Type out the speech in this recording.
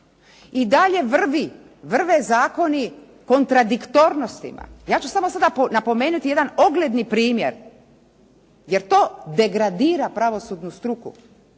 I dalje vrvi, vrve zakoni kontradiktornostima. Ja ću samo sada napomenuti jedan ogledni primjer jer to degradira pravosudnu struku.